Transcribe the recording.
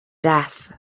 death